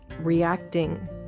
reacting